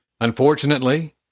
Unfortunately